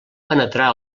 penetrar